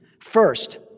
First